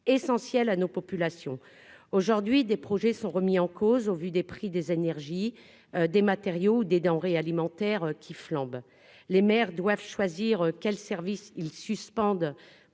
essentiels à nos populations aujourd'hui des projets sont remis en cause au vu des prix des énergies, des matériaux, des denrées alimentaires qui flambent, les maires doivent choisir quel service ils suspendent